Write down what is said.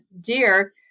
Dear